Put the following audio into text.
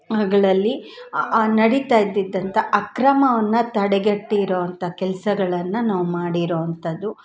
ಗಳಲ್ಲಿ ನಡಿತಾಯಿದ್ದಿದ್ದಂಥ ಅಕ್ರಮವನ್ನು ತಡೆಗಟ್ಟಿರೋಂಥ ಕೆಲಸಗಳನ್ನ ನಾವು ಮಾಡಿರೋಂಥದ್ದು